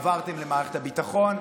עברתם למערכת הביטחון,